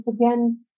again